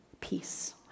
peace